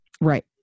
Right